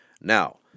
Now